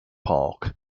park